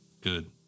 Good